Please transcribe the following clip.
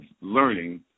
learning